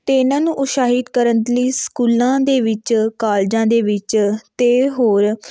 ਅਤੇ ਇਹਨਾਂ ਨੂੰ ਉਤਸ਼ਾਹਿਤ ਕਰਨ ਲਈ ਸਕੂਲਾਂ ਦੇ ਵਿੱਚ ਕਾਲਜਾਂ ਦੇ ਵਿੱਚ ਅਤੇ ਹੋਰ